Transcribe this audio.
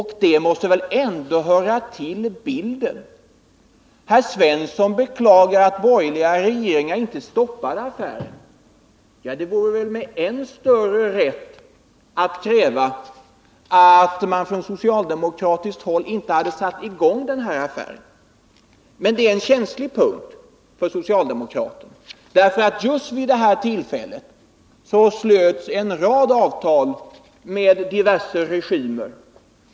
Herr Svensson beklagar att borgerliga regeringar inte stoppade affären. Kravet kunde väl med än större rätt ha ställts att man från socialdemokratiskt håll inte hade satt i gång den här affären. Men det är en känslig punkt för socialdemokraterna. Just vid det här tillfället slöts en rad avtal med diverse regimer.